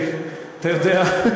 אתה יודע,